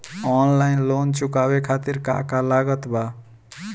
Online loan चुकावे खातिर का का लागत बा?